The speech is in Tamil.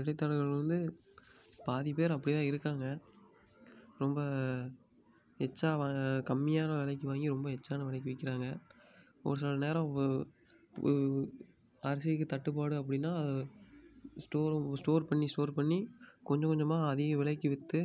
இடைத்தரகர்கள் வந்து பாதிப்பேர் அப்படிதான் இருக்காங்க ரொம்ப எச்ட்சா கம்மியான விலைக்கி வாங்கி ரொம்ப எச்ட்சான விலைக்கி விற்கிறாங்க ஒரு சில நேரம் ஒரு ஒ அரிசிக்கு தட்டுப்பாடு அப்படினா அது ஸ்டோரு ஸ்டோர் பண்ணி ஸ்டோர் பண்ணி கொஞ்சம் கொஞ்சமாக அதிக விலைக்கு விற்று